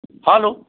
hello